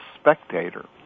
spectator